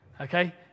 Okay